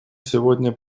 сегодня